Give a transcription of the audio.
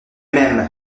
mêmes